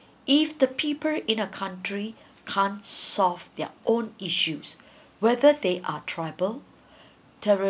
if the people in a country can't solve their own issues whether they are tribal